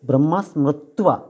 ब्रह्मा स्मृत्वा